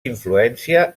influència